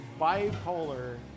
bipolar